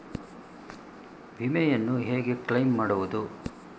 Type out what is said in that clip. ವಿಮೆಯನ್ನು ಹೇಗೆ ಕ್ಲೈಮ್ ಮಾಡುವುದು?